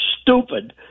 stupid